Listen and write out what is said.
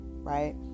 right